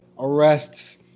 arrests